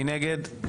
מי נגד?